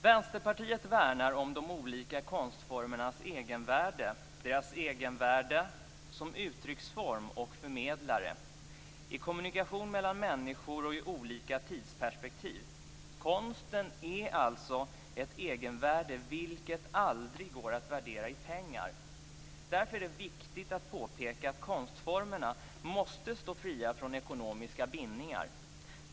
Vänsterpartiet värnar om de olika konstformernas egenvärde, deras egenvärde som uttrycksform och förmedlare, i kommunikation mellan människor och i olika tidsperspektiv. Konsten har alltså ett egenvärde, vilket aldrig går att värdera i pengar. Därför är det viktigt att påpeka att konstformerna måste stå fria från ekonomiska bindningar.